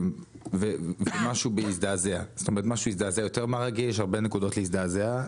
ומשהו בי הזדעזע, זאת אומרת, הרבה נקודות להזדעזע.